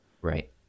Right